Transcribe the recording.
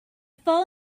fall